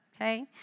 okay